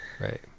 Right